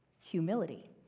humility